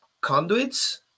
conduits